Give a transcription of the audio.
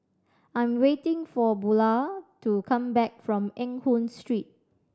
I am waiting for Bulah to come back from Eng Hoon Street